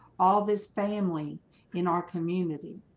all this family in our community